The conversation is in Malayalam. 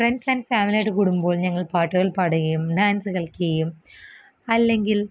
ഫ്രെണ്ട്സ് ആൻഡ് ഫാമിലിയായിട്ട് കൂടുമ്പോൾ ഞങ്ങൾ പാട്ടുകൾ പാടുകയും ഡാൻസ്സ് കളിയ്ക്കയും അല്ലെങ്കിൽ